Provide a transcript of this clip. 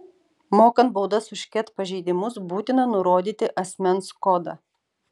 mokant baudas už ket pažeidimus būtina nurodyti asmens kodą